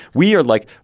we are like,